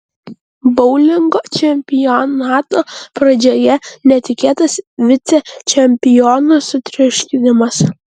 boulingo čempionato pradžioje netikėtas vicečempionų sutriuškinimas